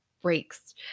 Breaks